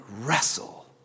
wrestle